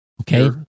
Okay